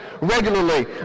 regularly